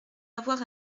avoir